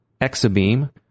Exabeam